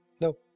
No